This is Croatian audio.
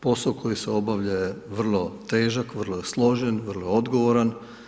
Posao koji se obavlja je vrlo težak, vrlo složen, vrlo odgovoran.